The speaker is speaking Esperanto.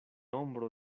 ombro